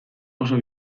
oso